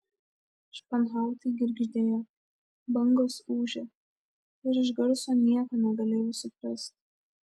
španhautai girgždėjo bangos ūžė ir iš garso nieko negalėjau suprasti